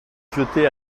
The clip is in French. jeter